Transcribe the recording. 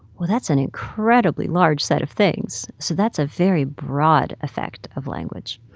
well, that's an incredibly large set of things, so that's a very broad effect of language